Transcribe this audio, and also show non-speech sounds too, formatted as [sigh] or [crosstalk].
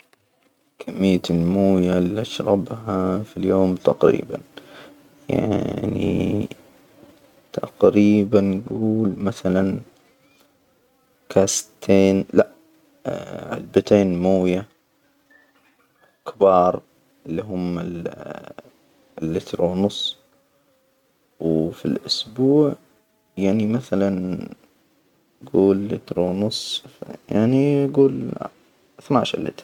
كمية المويه اللي أشربها في اليوم تقريبا. يعني تقريبا ، نجول مثلا، كاستين لأ، علبتين مويه كبار إللي هم ال [hesitation] اللتر ونص، وفي الأسبوع يعني مثلا، جول لتر ونص، يعني جول اثنى عشر لتر.